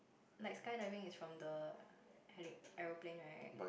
like skydiving is from the heli~ aeroplane right